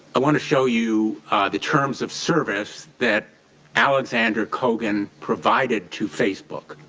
i want to show you the terms of service that alexander cogan provided to facebook